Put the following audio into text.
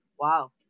Wow